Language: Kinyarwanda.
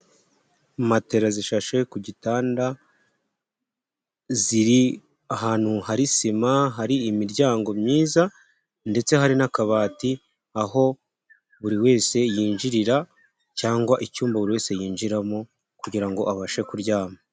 Matera zishashe ku gitanda ziri ahantu hari sima, hari imiryango myiza ndetse hari n'akabati aho buri wese yinjirira cyangwa icyumba buri wese yinjiramo kugira ngo abashe kuryama.